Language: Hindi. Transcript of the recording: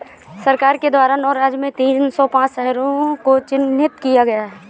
सरकार के द्वारा नौ राज्य में तीन सौ पांच शहरों को चिह्नित किया है